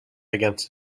against